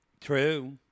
True